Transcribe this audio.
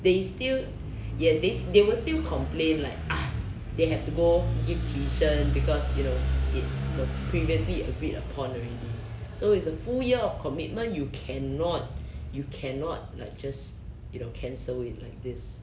they still yes they they will still complain like !hais! they have to go give tuition because you know it was previously agreed upon already so it's a full year of commitment you cannot you cannot like just you know cancel it like this